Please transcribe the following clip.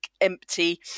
empty